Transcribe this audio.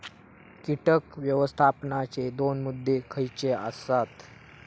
कीटक व्यवस्थापनाचे दोन मुद्दे खयचे आसत?